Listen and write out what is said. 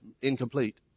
incomplete